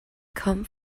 come